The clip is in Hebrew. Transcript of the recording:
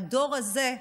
הדור הזה,